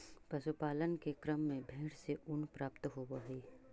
पशुपालन के क्रम में भेंड से ऊन प्राप्त होवऽ हई